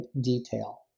detail